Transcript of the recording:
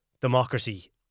democracy